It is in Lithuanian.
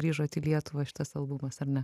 grįžot į lietuvą šitas albumas ar ne